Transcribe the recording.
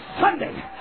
Sunday